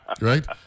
right